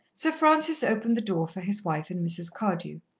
sir francis opened the door for his wife and mrs. cardew.